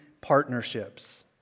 partnerships